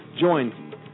Join